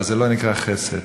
זה לא נקרא חסד.